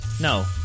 no